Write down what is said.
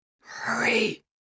Hurry